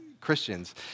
Christians